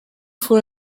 for